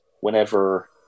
whenever